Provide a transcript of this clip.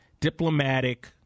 diplomatic